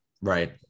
Right